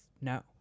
no